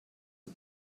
the